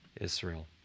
Israel